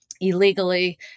illegally